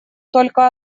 только